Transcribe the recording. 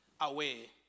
away